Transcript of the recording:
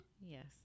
Yes